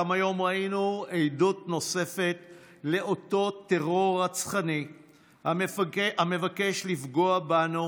גם היום ראינו עדות נוספת לאותו טרור רצחני המבקש לפגוע בנו